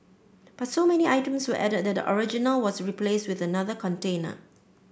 but so many items were added that the original was replaced with another container